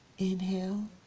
Inhale